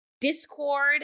discord